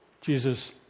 Jesus